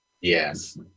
Yes